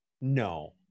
No